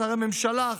שרי ממשלה,